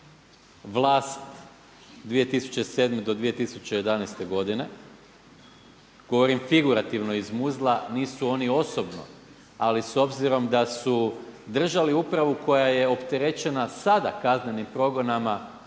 vlast 2007. do 2011. godine, govorim figurativno izmuzla. Nisu oni osobno, ali s obzirom da su držali upravu koja je opterećena sada kaznenim progonima,